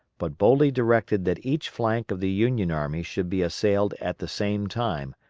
but boldly directed that each flank of the union army should be assailed at the same time,